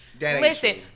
Listen